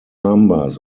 numbers